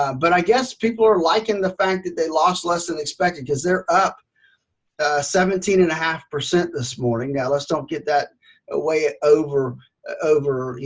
um but i guess people are liking the fact that they lost less than expected, because they're up seventeen and a half percent this morning. now let's don't get that ah way it over over, you